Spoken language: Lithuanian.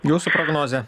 jūsų prognozė